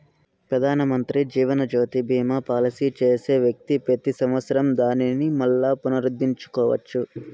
పెదానమంత్రి జీవనజ్యోతి బీమా పాలసీ చేసే వ్యక్తి పెతి సంవత్సరం దానిని మల్లా పునరుద్దరించుకోవచ్చు